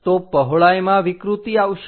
તો પહોળાઈમાં વિકૃતિ આવશે